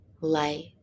light